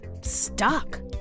stuck